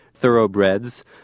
thoroughbreds